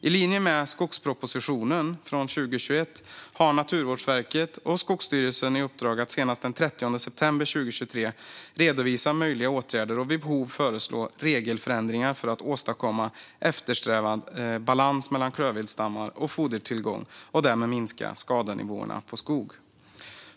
I linje med skogspropositionen från 2021 har Naturvårdsverket och Skogsstyrelsen i uppdrag att senast den 30 september 2023 redovisa möjliga åtgärder och vid behov föreslå regelförändringar för att åstadkomma eftersträvad balans mellan klövviltstammar och fodertillgång och därmed minska skadenivåerna på skog.